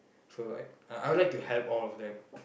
so I I would like to help all of them